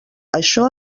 això